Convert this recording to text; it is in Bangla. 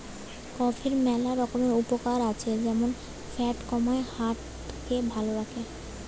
কফির ম্যালা রকমের উপকার আছে যেমন ফ্যাট কমায়, হার্ট কে ভাল করে